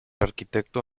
arquitecto